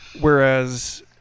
Whereas